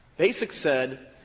basic said,